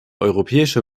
europäische